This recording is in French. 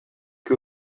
que